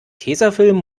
tesafilm